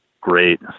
Great